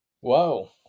Whoa